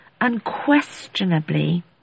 unquestionably